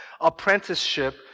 apprenticeship